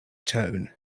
tone